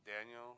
Daniel